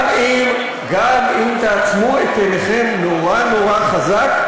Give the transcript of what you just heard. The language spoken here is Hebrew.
גם אם תעצמו את עיניכם נורא נורא חזק,